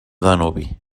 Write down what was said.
danubi